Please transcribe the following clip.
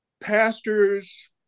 pastor's